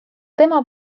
tema